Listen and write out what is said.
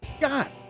God